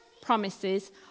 promises